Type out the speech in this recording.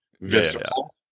visceral